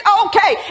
okay